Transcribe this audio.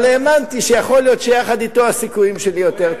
אבל האמנתי שיכול להיות שיחד אתו הסיכויים שלי יותר,